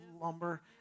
lumber